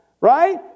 right